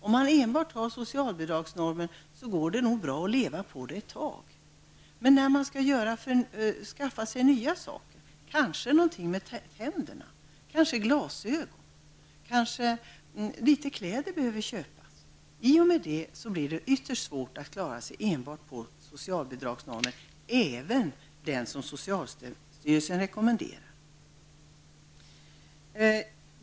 Om man enbart har bidrag enligt socialbidragsnormen går det nog bra att leva på de pengarna ett tag. Men när man skall skaffa sig nya saker -- kanske åtgärda något med tänderna, byta glasögon eller köpa litet kläder -- blir det ytterst svårt att klara sig enbart på de pengar som socialbidragsnormen ger, även det belopp som socialstyrelsen rekommenderar.